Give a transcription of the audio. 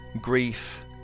grief